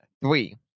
Three